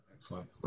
Excellent